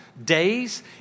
days